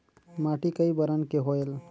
माटी कई बरन के होयल?